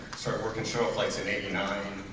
sort of working shuttle flights in eighty nine.